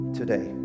today